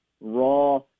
raw